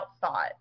thought